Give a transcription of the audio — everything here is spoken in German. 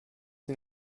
sie